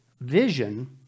vision